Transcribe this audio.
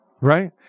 Right